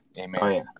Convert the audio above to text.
amen